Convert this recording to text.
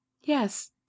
Yes